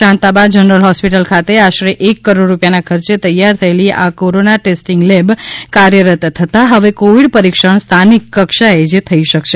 Shantaba general hospital ખાતે આશરે એક કરોડ રૂપિયાના ખર્ચે તૈયાર થયેલી આ કોરોના ટેસ્ટિંગ લેબ કાર્યરત થતાં હવે કોવિડ પરીક્ષણ સ્થાનિક કક્ષાએ જ થઈ શકશે